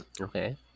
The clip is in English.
Okay